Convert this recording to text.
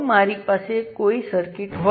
તમારી પાસે વધુ પેરામિટર છે